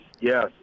yes